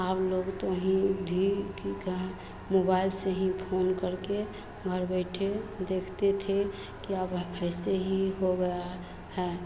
आब लोग तो ही धि की का मोबाईल से ही फोन कर के घर बैठे देखते थे क्या फ़ैसे ही हो गया है